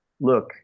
look